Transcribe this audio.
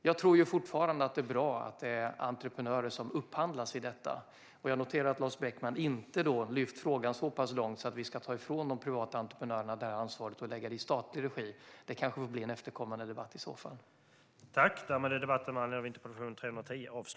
Jag tror fortfarande att det är bra att det är entreprenörer som upphandlas för detta. Jag noterar att Lars Beckman inte vill ta frågan så pass långt att vi ska ta ifrån de privata entreprenörerna detta ansvar och lägga det i statlig regi. Det kanske får bli en efterkommande debatt i så fall.